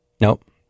Nope